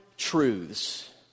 truths